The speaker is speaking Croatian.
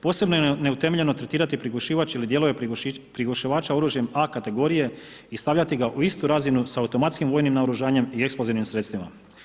Posebno je neutemeljeno tretirati prigušivač ili dijelove prigušivača oružjem A kategorije i stavljati ga u istu razinu sa automatskim vojnim naoružanjem i eksplozivnim sredstvima.